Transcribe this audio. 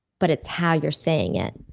but it's how you're saying it.